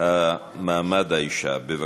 לקידום מעמד האישה ולשוויון מגדרי.